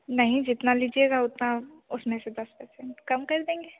नहीं जितना लीजिएगा उतना उसमें से दस पर्सेन्ट कम कर देंगे